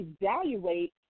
evaluate